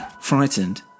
frightened